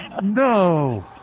No